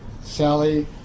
Sally